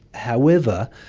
however,